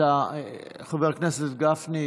חבר הכנסת גפני,